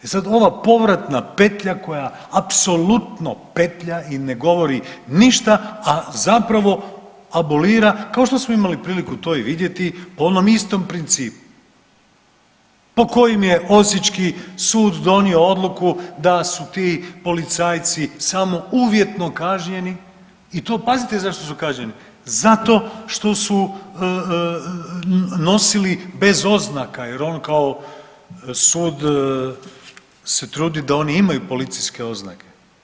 E sad ova povratna petlja koja apsolutno petlja i ne govori ništa, a zapravo abolira kao što smo imali priliku to i vidjeti po onom istom principu po kojem je Osječki sud donio odluku da su ti policajci samo uvjetno kažnjeni i to pazite zašto su kažnjeni, zato što su nosili bez oznaka jer on kao sud se trudi da oni imaju policijske oznake.